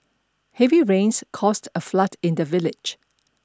heavy rains caused a flood in the village